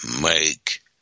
make